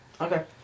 Okay